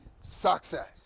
success